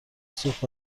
سوخت